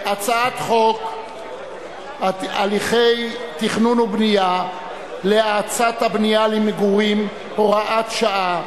הצעת חוק הליכי תכנון ובנייה להאצת הבנייה למגורים (הוראת שעה),